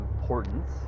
importance